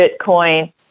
Bitcoin